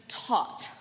taught